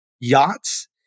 yachts